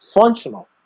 functional